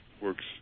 works